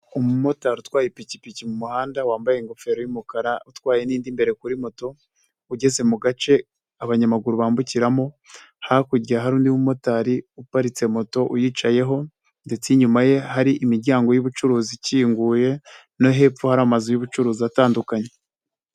Umumotari utwaye ipikipiki mu muhanda wambaye ingofero y'umukara utwaye n'indi imbere kuri moto ugeze mu gace abanyamaguru bambukiramo, hakurya hari undi mumotari uparitse moto uyicayeho ndetse inyuma ye hari imiryango y'ubucuruzi ikinguye no hepfo hari amazu y'ubucuruzi atandukanye.